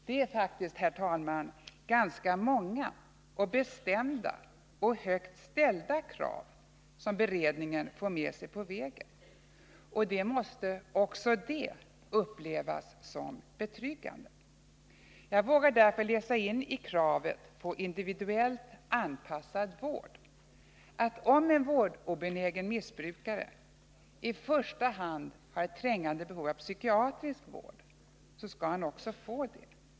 Det är faktiskt ganska många och bestämda och högt ställda krav beredningen får med sig på vägen, och det måste — även det — upplevas som betryggande. Jag vågar därför inläsa i kravet på individuellt anpassad vård att om en vårdobenägen missbrukare i första hand har trängande behov av psykiatrisk vård så skall han också kunna få denna.